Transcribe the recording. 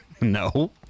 no